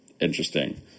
interesting